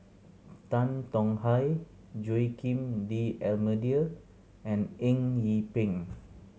Tan Tong Hye Joaquim D'Almeida and Eng Yee Peng